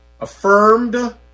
affirmed